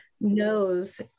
knows